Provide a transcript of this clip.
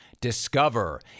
Discover